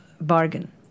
bargain